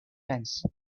fence